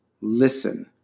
listen